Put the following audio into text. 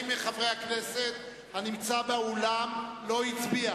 מי מחברי הכנסת הנמצא באולם לא הצביע?